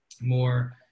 more